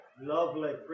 Lovely